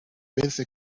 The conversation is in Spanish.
pensé